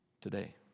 today